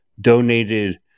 donated